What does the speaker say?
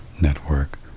network